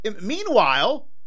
meanwhile